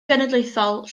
genedlaethol